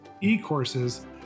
e-courses